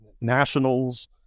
nationals